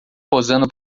posando